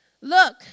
Look